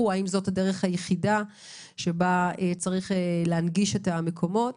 האם זאת הדרך היחידה שבה צריך להנגיש את המקומות.